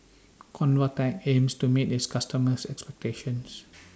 Convatec aims to meet its customers' expectations